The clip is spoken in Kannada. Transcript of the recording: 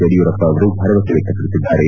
ಯಡಿಯೂರಪ್ಪ ಅವರು ಭರವಸೆ ವ್ಚಕ್ತಪಡಿಸಿದ್ದಾರೆ